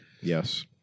yes